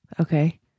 Okay